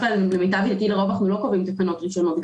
למיטב ידיעתי לרוב אנחנו לא קובעים תקנות ראשונות.